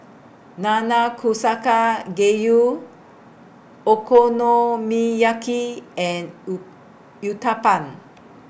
Nanakusa Gayu Okonomiyaki and Uthapam